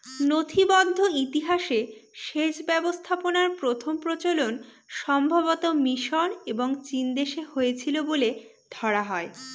নথিবদ্ধ ইতিহাসে সেচ ব্যবস্থাপনার প্রথম প্রচলন সম্ভবতঃ মিশর এবং চীনদেশে হয়েছিল বলে ধরা হয়